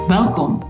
Welkom